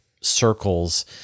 circles